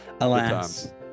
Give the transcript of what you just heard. alas